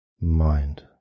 mind